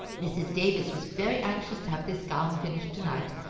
mrs. davis was very anxious to have this gown finished to-night,